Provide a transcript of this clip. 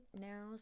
now